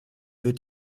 wird